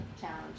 challenge